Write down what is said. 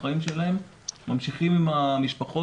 החיים שלהם ממשיכים עם המשפחות,